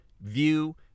view